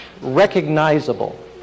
recognizable